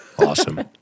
Awesome